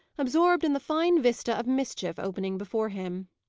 absorbed in the fine vista of mischief opening before him.